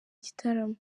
gitaramo